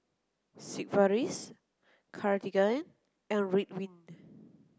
Sigvaris Cartigain and Ridwind